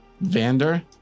Vander